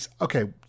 Okay